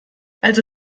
also